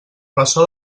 ressò